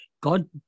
God